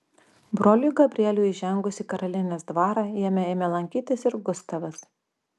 broliui gabrieliui įžengus į karalienės dvarą jame ėmė lankytis ir gustavas